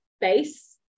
base